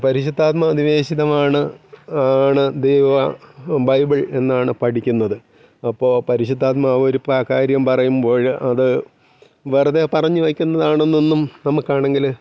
പരിശുദ്ധാത്മ നിവേശിതമാണ് ആണ് ദൈവ ബൈബിൾ എന്നാണ് പഠിക്കുന്നത് അപ്പോള് പരിശുദ്ധാത്മാവ് ഒരു പ കാര്യം പറയുമ്പോള് അത് വെറുതെ പറഞ്ഞു വയ്ക്കുന്നതാണെന്നൊന്നും നമുക്കാണെങ്കില്